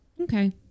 Okay